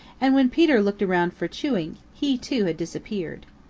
and when peter looked around for chewink, he too had disappeared.